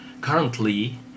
currently